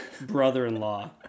brother-in-law